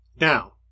Now